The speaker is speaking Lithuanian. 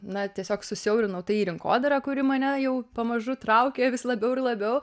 na tiesiog susiaurinau tai į rinkodarą kuri mane jau pamažu traukė vis labiau ir labiau